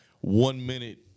one-minute